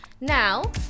Now